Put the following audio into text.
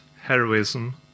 heroism